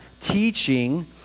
teaching